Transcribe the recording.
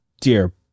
dear